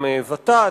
גם ות"ת.